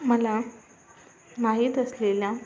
मला माहीत असलेल्या